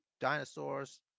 dinosaurs